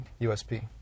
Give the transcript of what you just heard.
USP